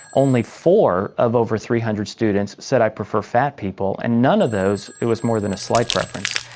only four of over three hundred students said, i prefer fat people and none of those it was more than a slight preference.